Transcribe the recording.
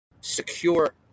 secure